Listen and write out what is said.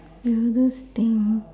weirdest thing